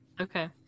Okay